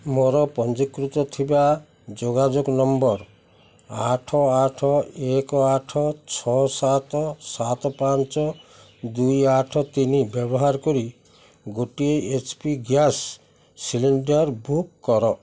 ମୋର ପଞ୍ଜୀକୃତ ଥିବା ଯୋଗାଯୋଗ ନମ୍ବର ଆଠ ଆଠ ଏକ ଆଠ ଛଅ ସାତ ସାତ ପାଞ୍ଚ ଦୁଇ ଆଠ ତିନି ବ୍ୟବାହାର କରି ଗୋଟିଏ H P gas cylinder book କର